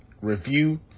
review